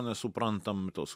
nesuprantam tos